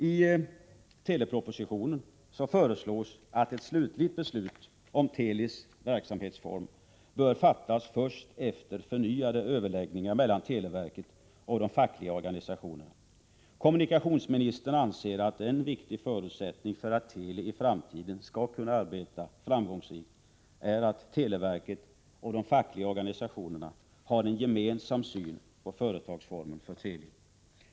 I telepropositionen föreslås att ett slutligt beslut om Telis verksamhetsform skall fattas först efter förnyade överläggningar mellan televerket och de fackliga organisationerna. Kommunikationsministern anser att en viktig förutsättning för att Teli i framtiden skall kunna arbeta framgångsrikt är att televerket och de fackliga organisationerna har en gemensam syn på företagsformen för Teli.